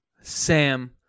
Sam